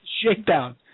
Shakedown